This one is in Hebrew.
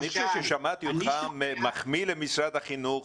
אני חושב ששמעתי אותך מחמיא למשרד החינוך